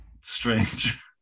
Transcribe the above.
Strange